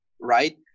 right